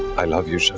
love you're